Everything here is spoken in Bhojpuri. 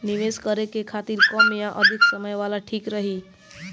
निवेश करें के खातिर कम या अधिक समय वाला ठीक रही?